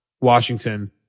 Washington